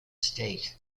state